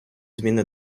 зміни